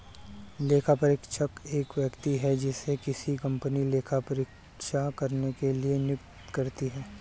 लेखापरीक्षक एक व्यक्ति है जिसे किसी कंपनी लेखा परीक्षा करने के लिए नियुक्त करती है